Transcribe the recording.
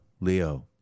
Leo